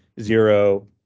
zero